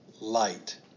light